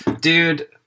Dude